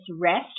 rest